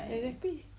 exactly